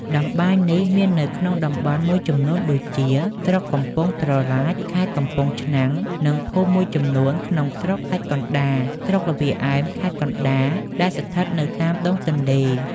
តម្បាញនេះមាននៅក្នុងតំបន់មួយចំនួនដូចជា ស្រុកកំពង់ត្រឡាចខេត្តកំពង់ឆ្នាំង និងភូមិមួយចំនួនក្នុងស្រុកខ្សាច់កណ្តាល ស្រុកល្វាឯម ខេត្តកណ្តាល ដែលស្ថិតនៅតាមដងទន្លេ ។